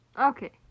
Okay